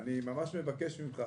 אני ממש מבקש ממך,